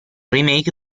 remake